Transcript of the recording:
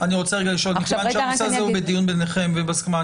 אני רוצה לשאול מכיוון שהנושא הזה הוא בדיון ביניכם ובהסכמה,